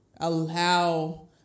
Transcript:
allow